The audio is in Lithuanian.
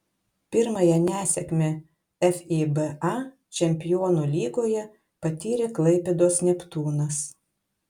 pirmąją nesėkmę fiba čempionų lygoje patyrė klaipėdos neptūnas